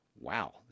Wow